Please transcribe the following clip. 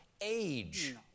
age